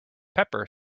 pepper